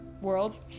world